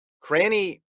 Cranny